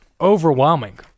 overwhelming